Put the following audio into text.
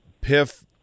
Piff